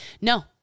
No